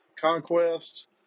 Conquest